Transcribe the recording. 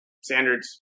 standards